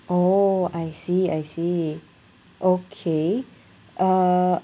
oh I see I see okay uh